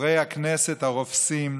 חברי הכנסת הרופסים,